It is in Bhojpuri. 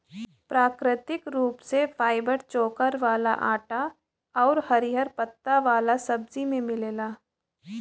प्राकृतिक रूप से फाइबर चोकर वाला आटा आउर हरिहर पत्ता वाला सब्जी में मिलेला